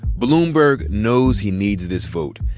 bloomberg knows he needs this vote.